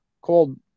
called